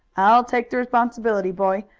i'll take the responsibility, boy.